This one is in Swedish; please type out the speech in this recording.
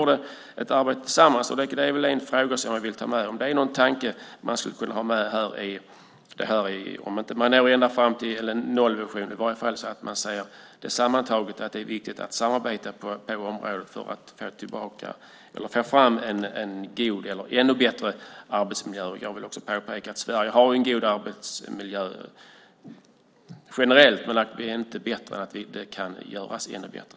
Det är en del frågor som jag vill att man tar med. Det finns till exempel en tanke om nollvision. Om man inte når ända fram till noll är det i alla fall viktigt att samarbeta på området för att få fram en god eller en bättre arbetsmiljö. Jag vill påpeka att vi i Sverige har en god arbetsmiljö generellt. Men vi är inte bättre än att den kan göras ännu bättre.